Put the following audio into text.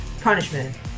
punishment